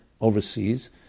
overseas